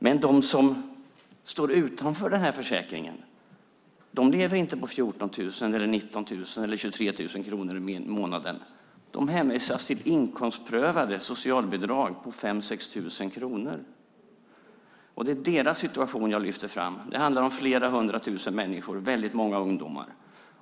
Men de som står utanför försäkringen lever inte på 14 000 eller 19 000 i månaden. De hänvisas till inkomstprövade socialbidrag på ca 5 000 kronor. Det är deras situation jag lyfter fram. Det handlar om flera hundra tusen människor, och många är ungdomar.